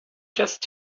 just